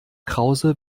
krause